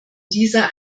dieser